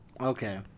Okay